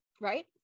Right